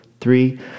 three